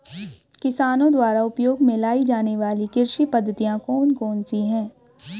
किसानों द्वारा उपयोग में लाई जाने वाली कृषि पद्धतियाँ कौन कौन सी हैं?